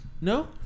No